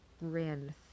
ran